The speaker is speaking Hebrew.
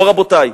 לא, רבותי,